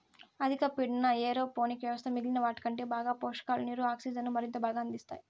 అధిక పీడన ఏరోపోనిక్ వ్యవస్థ మిగిలిన వాటికంటే బాగా పోషకాలు, నీరు, ఆక్సిజన్ను మరింత బాగా అందిస్తాయి